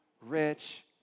rich